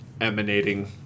emanating